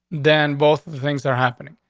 then both things are happening.